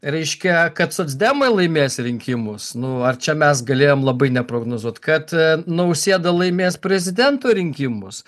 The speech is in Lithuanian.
reiškia kad socdemai laimės rinkimus nu ar čia mes galėjom labai neprognozuot kad nausėda laimės prezidento rinkimus